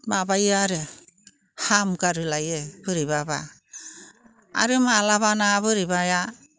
माबायो आरो हामगारोलायो बोरैबाबा आरो माब्लाबाना बोरैबाया